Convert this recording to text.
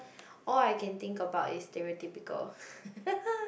all I can think about is stereotypical